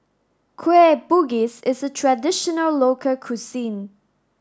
Kueh Bugis is a traditional local cuisine